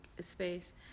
space